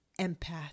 empath